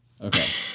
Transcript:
Okay